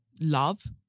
love